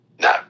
no